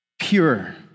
pure